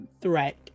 threat